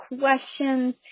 questions